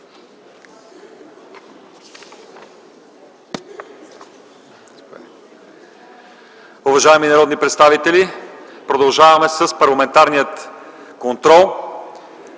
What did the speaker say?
Уважаеми народни представители, продължаваме с парламентарния контрол.